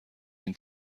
این